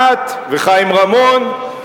את וחיים רמון.